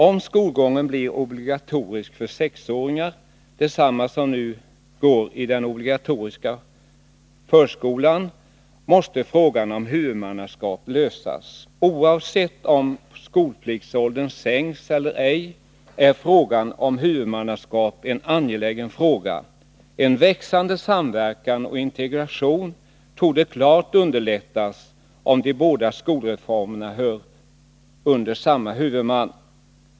Om skolgången blir obligatorisk för sexåringar — de som nu går i obligatorisk förskola — måste frågan om huvudmannaskapet lösas. Oavsett om skolpliktsåldern sänks eller ej är frågan om huvudmannaskap en angelägen fråga. En växande samverkan och integration torde klart underlättas om de båda skolformerna lyder under samma huvudman.